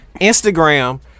Instagram